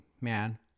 man